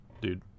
dude